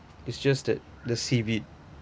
it's just that the seaweed